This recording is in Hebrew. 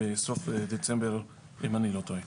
בסוף דצמבר אם אני לא טועה.